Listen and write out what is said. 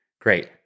Great